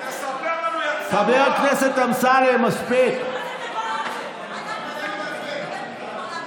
שיספר לנו למה הוא מחק את הפגישות עם אשכנזי ותדרך אותו.